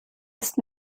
ist